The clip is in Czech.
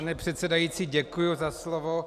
Pane předsedající, děkuji za slovo.